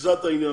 ריכזה את העניין.